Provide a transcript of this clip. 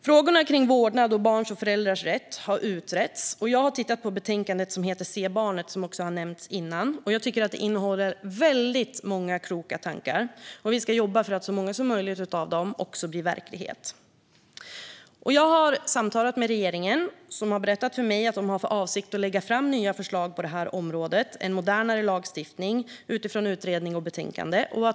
Frågorna kring vårdnad och barns och föräldrars rätt har utretts. Jag har tittat på det betänkande som heter Se barnet! , som har nämnts tidigare och som jag tycker innehåller väldigt många kloka tankar. Vi ska jobba för att så många som möjligt av dem också blir verklighet. Jag har samtalat med regeringen, som har berättat för mig att de har för avsikt att lägga fram nya förslag på området om en modernare lagstiftning utifrån utredning och betänkande.